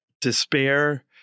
despair